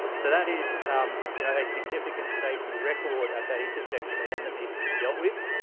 so that is um you know a significant safety record at that intersection, and one that needs to be dealt with.